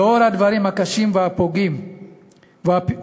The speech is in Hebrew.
לנוכח הדברים הקשים והפוגעים ששמענו